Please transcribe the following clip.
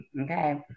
okay